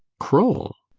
kroll.